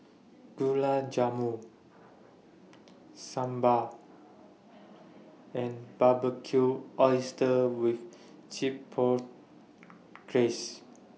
Gulab Jamun Sambar and Barbecued Oysters with Glaze